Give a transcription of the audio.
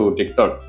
TikTok